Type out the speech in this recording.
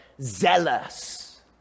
zealous